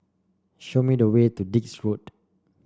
show me the way to Dix Road